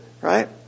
right